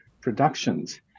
productions